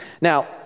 Now